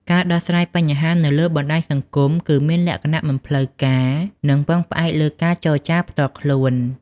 ការដោះស្រាយបញ្ហានៅលើបណ្តាញសង្គមគឺមានលក្ខណៈមិនផ្លូវការនិងពឹងផ្អែកលើការចរចាផ្ទាល់ខ្លួន។